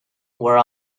were